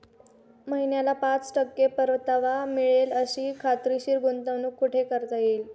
महिन्याला पाच टक्के परतावा मिळेल अशी खात्रीशीर गुंतवणूक कुठे करता येईल?